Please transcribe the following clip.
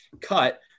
cut